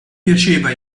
piaceva